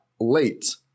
late